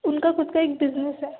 उनका खुद का एक बिज़नेस है